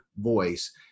voice